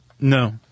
No